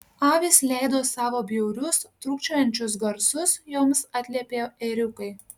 avys leido savo bjaurius trūkčiojančius garsus joms atliepė ėriukai